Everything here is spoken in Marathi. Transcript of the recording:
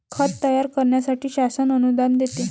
खत तयार करण्यासाठी शासन अनुदान देते